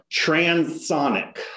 Transonic